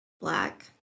black